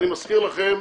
אני מזכיר לכם,